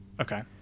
Okay